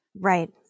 Right